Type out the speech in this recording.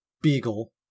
Beagle